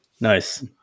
nice